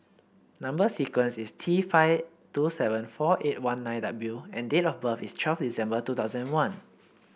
number sequence is T five two seven four eight one nine W and date of birth is twelve December two thousand one